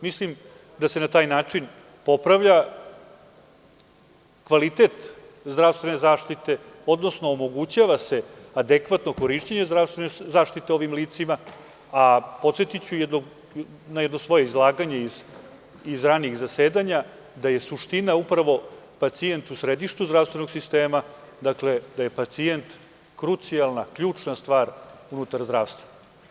Mislim, da se na taj način popravlja kvalitet zdravstvene zaštite, odnosno omogućava se adekvatno korišćenje zdravstvene zaštite ovim licima, a podsetiću na jedno svoje izlaganje iz ranijih zasedanja, da je suština upravo pacijent u središtu zdravstvenog sistema, dakle, pacijent krucijalna, kljuna stvar unutar zdravstva.